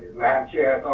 madam chair,